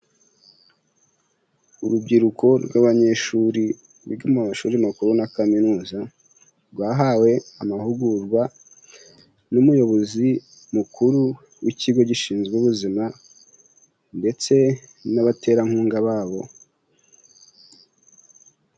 Urubyiruko rw'abanyeshuri biga mu mashuri makuru na kaminuza, bahawe amahugurwa n'umuyobozi mukuru w'ikigo gishinzwe ubuzima ndetse n'abaterankunga babo.